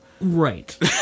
Right